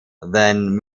than